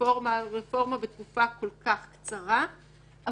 רפורמה על רפורמה בתקופה כל כך קצרה אבל